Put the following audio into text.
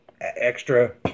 extra